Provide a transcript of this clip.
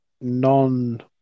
non